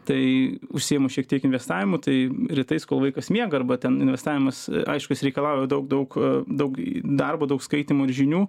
tai užsiimu šiek tiek investavimu tai rytais kol vaikas miega arba ten investavimas aišku jis reikalauja daug daug daug darbo daug skaitymų ir žinių